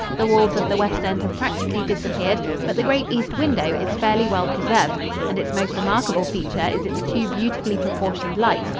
the walls of the west end have practically disappeared, but the great east window is fairly well preserved and its most remarkable feature is its two beautifully proportioned lights,